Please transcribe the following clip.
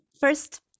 first